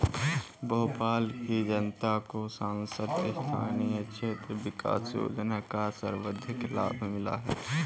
भोपाल की जनता को सांसद स्थानीय क्षेत्र विकास योजना का सर्वाधिक लाभ मिला है